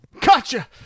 Gotcha